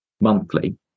monthly